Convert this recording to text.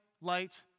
light